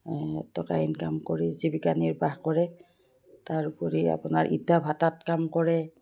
টকা ইনকাম কৰি জীৱিকা নিৰ্বাহ কৰে তাৰ উপৰি আপোনাৰ ইটা ভাতাত কাম কৰে